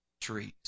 trees